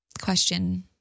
question